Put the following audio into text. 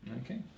Okay